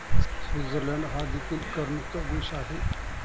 Switzerland हा देखील करमुक्त देश आहे